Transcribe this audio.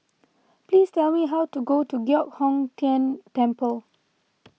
please tell me how to go to Giok Hong Tian Temple